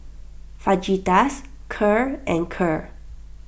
Fajitas Kheer and Kheer